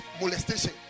molestation